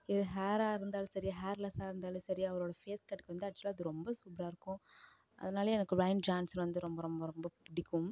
ஹேராக இருந்தாலும் சரி ஹேர்லெஸ்ஸாக இருந்தாலும் சரி அவரோட ஃபேஸ்கட்டுக்கு வந்து ஆக்சுவலாக அது ரொம்ப சூப்பராக இருக்கும் அதனாலே எனக்கு டுவைன் ஜான்சன் வந்து ரொம்ப ரொம்ப ரொம்ப பிடிக்கும்